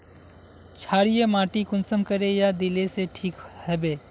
क्षारीय माटी कुंसम करे या दिले से ठीक हैबे?